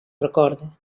recorda